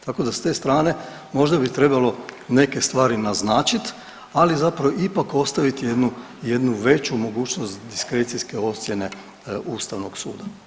Tako da s te strane možda bi trebalo neke stvari naznačiti ali zapravo ipak ostavit jednu, jednu veću mogućnost diskrecijske ocjene Ustavnog suda.